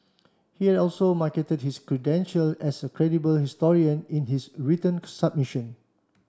he also marketed his credential as a credible historian in his written submission